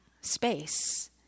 space